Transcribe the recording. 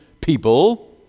people